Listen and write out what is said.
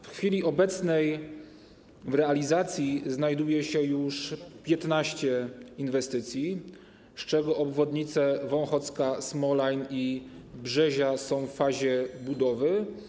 W chwili obecnej w realizacji znajduje się już 15 inwestycji, z czego obwodnice Wąchocka, Smolajn i Brzezia są w fazie budowy.